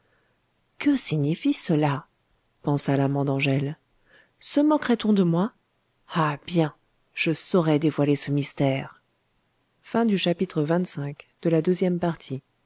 que signifie cela pensa l'amant d'angèle se moquerait on de moi ah bien je saurai dévoiler ce mystère